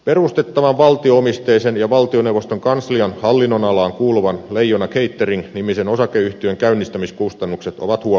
perustettavan valtio omisteisen ja valtioneuvoston kanslian hallinnonalaan kuuluvan leijona catering nimisen osakeyhtiön käynnistämiskustannukset ovat huomattavat